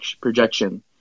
projection